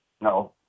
no